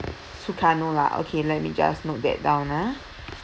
Sukarno lah okay let me just note that down ah